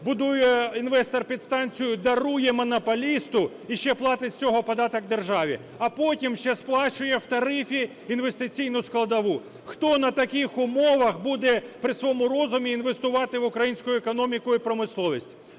будує інвестор підстанцію, дарує монополісту і ще й платить з цього податок державі. А потім ще сплачує в тарифі інвестиційну складову. Хто на таких умовах буде, при своєму розумі, інвестувати в українську економіку і промисловість?